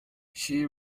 she